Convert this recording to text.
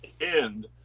end